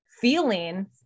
feeling